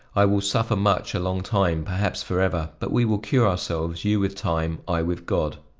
i will suffer much, a long time, perhaps forever but we will cure ourselves, you with time, i with god.